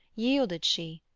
yielded she,